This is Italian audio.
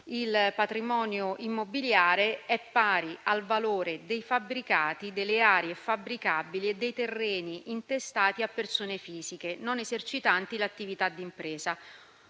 il patrimonio immobiliare è pari al valore dei fabbricati, delle aree fabbricabili e dei terreni, intestati a persone fisiche non esercitanti l'attività di impresa,